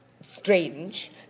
strange